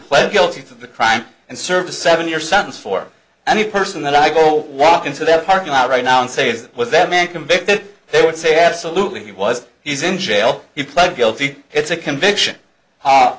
pled guilty for the crime and service seven year sentence for any person that i will walk into that parking lot right now and say is that what that man convicted they would say absolutely he was he's in jail he pled guilty it's a conviction a